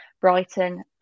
Brighton